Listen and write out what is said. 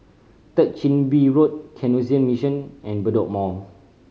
Third Chin Bee Road Canossian Mission and Bedok Mall